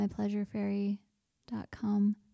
mypleasurefairy.com